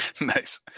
Nice